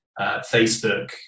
Facebook